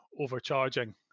overcharging